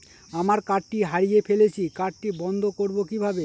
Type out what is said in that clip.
আমার কার্ডটি হারিয়ে ফেলেছি কার্ডটি বন্ধ করব কিভাবে?